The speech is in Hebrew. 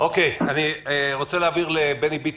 אני רוצה להעביר את רשות הדיבור לבני ביטון,